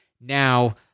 Now